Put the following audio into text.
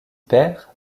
père